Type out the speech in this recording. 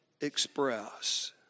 express